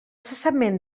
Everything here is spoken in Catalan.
cessament